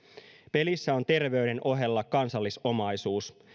pelissä on terveyden ohella kansallisomaisuus